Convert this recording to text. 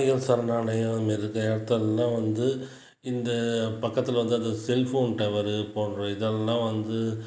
பறவைகள் சரணாலயம் இருக்குது வந்து இந்த பக்கத்தில் வந்து அந்த செல் ஃபோன் டவரு போன்ற இதெல்லாம் வந்து